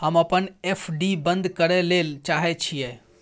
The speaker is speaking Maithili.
हम अपन एफ.डी बंद करय ले चाहय छियै